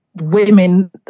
women